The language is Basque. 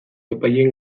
epaileen